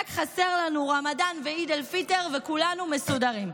רק חסר לנו רמדאן ועיד אל-פיטר וכולנו מסודרים.